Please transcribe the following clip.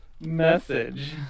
message